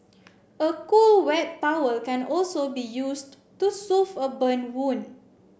a cool wet towel can also be used to soothe a burn wound